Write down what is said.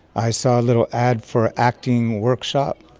i saw a little ad for a acting workshop,